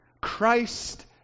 Christ